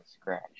scratch